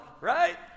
right